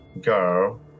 girl